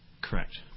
Correct